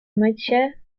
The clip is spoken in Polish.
mycie